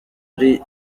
ari